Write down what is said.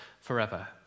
forever